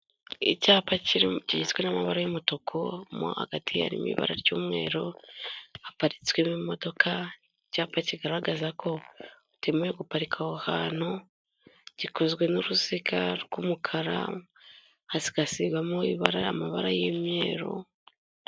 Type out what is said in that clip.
Icyapa kigizwe n'amabara y'umutuku, mo hagati harimo ibabara ry'umweru, haparitswemo imodoka, icyapa kigaragaza ko utemerewe guparika aho hantu, gikozwe n'uruziga rw'umukara, hagasigwamo amabara y'imyeru.